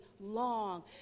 long